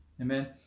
Amen